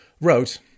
wrote